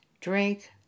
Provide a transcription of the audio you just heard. drink